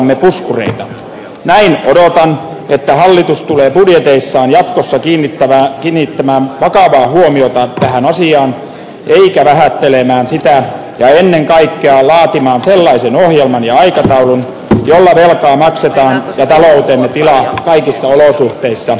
näin odotan että hallitus tulee budjeteissaan jatkossa kiinnittämään vakavaa huomiota tähän asiaan eikä vähättelemään sitä ja ennen kaikkea laatimaan sellaisen ohjelman ja aikataulun jolla velkaa maksetaan ja taloutemme tila kaikissa olosuhteissa varmistetaan